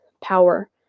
power